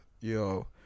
Yo